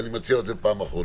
ואני מציע את זה בפעם האחרונה: